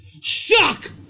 Shock